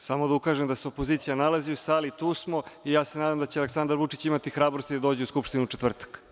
Samo da ukažem da se opozicija nalazi u sali, tu smo i ja se nadam da će Aleksandar Vučić imati hrabrosti da dođe u Skupštinu u četvrtak.